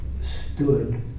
stood